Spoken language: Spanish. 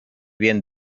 bien